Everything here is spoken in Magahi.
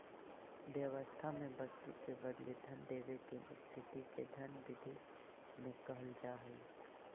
व्यवस्था में वस्तु के बदले धन देवे के स्थिति के धन विधि में कहल जा हई